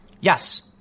Yes